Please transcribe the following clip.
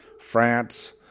France